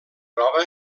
troba